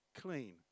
clean